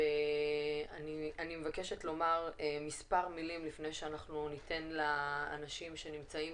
ואני מבקשת לומר מספר מילים לפני שניתן לאנשים שנמצאים